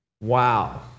Wow